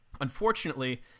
Unfortunately